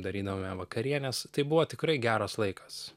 darydavome vakarienes tai buvo tikrai geras laikas